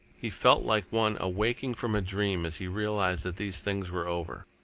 he felt like one awaking from a dream as he realised that these things were over.